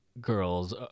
girls